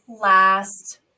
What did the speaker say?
last